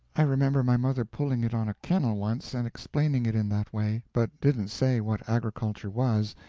i remember my mother pulling it on a kennel once, and explaining it in that way, but didn't say what agriculture was,